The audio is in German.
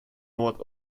nord